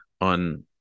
on